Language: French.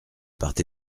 part